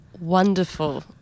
wonderful